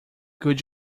could